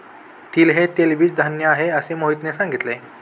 तीळ हे तेलबीज धान्य आहे, असे मोहितने सांगितले